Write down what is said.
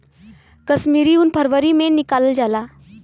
कश्मीरी उन फरवरी मार्च में निकालल जाला